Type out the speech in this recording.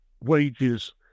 wages